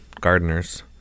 gardeners